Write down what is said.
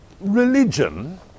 religion